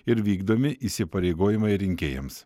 ir vykdomi įsipareigojimai rinkėjams